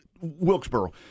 Wilkesboro